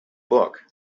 book